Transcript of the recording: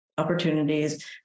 opportunities